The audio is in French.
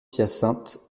hyacinthe